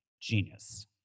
Genius